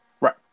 Right